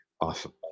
Awesome